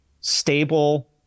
stable